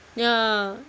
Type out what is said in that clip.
ya